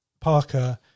Parker